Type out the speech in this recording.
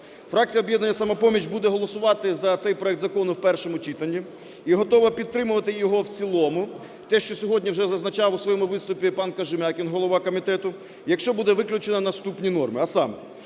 Фракція "Об'єднання "Самопоміч" буде голосувати за цей проект закону в першому читанні і готова підтримувати його в цілому. Те, що сьогодні вже зазначав у своєму виступі пан Кожем'якін, голова комітету, якщо буде виключено наступні норми, а саме: